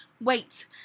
wait